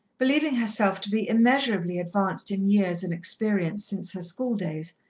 believing herself to be immeasurably advanced in years and experience since her schooldays,